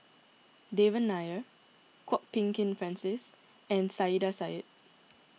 Devan Nair Kwok Peng Kin Francis and Saiedah Said